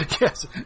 Yes